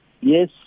yes